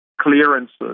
clearances